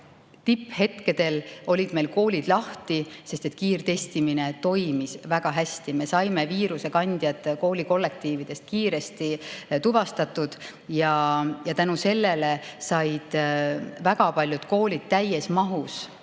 tipphetkedel olid meil koolid lahti, sest kiirtestimine toimis väga hästi. Me saime viirusekandjad koolikollektiivides kiiresti tuvastatud ja tänu sellele said väga paljud koolid täies mahus